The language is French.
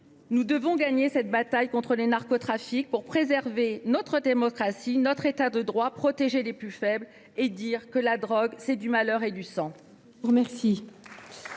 Nous devons gagner cette bataille contre les narcotrafics pour préserver notre démocratie et notre État de droit, et pour protéger les plus faibles. La drogue, c’est du malheur et du sang.